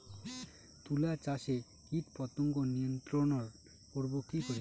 তুলা চাষে কীটপতঙ্গ নিয়ন্ত্রণর করব কি করে?